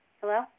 hello